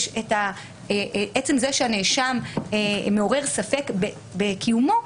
עצם זה שהנאשם מעורר ספק בקיומו,